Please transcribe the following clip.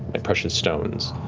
and precious stones,